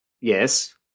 Yes